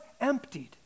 emptied